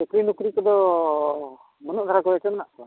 ᱪᱟᱹᱠᱨᱤ ᱱᱚᱠᱨᱤ ᱠᱚᱫᱚ ᱵᱟᱹᱱᱩᱜ ᱫᱷᱟᱨᱟ ᱪᱮ ᱢᱮᱱᱟᱜ ᱠᱚᱣᱟ